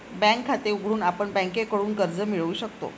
bank खाते उघडून आपण बँकेकडून कर्ज मिळवू शकतो